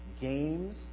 games